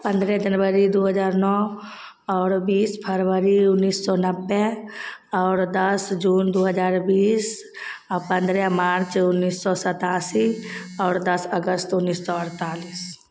पन्द्रह जनवरी दू हजार नओ आओर बीस फरवरी उन्नैस सए नबे आओर दश जून दू हजार बीस आ पन्द्रह मार्च उन्नैस सए सतासी आओर दश अगस्त उन्नैस सए अड़तालीस